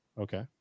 Okay